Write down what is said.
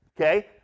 okay